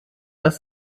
das